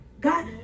God